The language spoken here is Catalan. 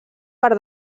per